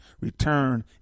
return